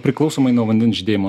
priklausomai nuo vandens žydėjimo